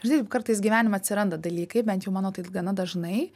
žinai kartais gyvenime atsiranda dalykai bent jau mano tai gana dažnai